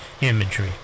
imagery